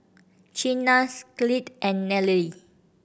Chynna's Clide and Nallely